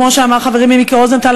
כמו שאמר חברי מיקי רוזנטל,